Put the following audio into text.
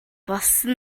болсон